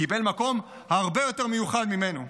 קיבל מקום הרבה יותר מיוחד ממנו.